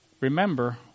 Remember